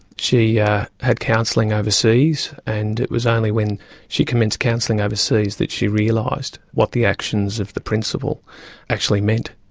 she yeah had counselling overseas, and it was only when she commenced counselling overseas that she realised what the actions of the principal actually meant.